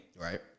Right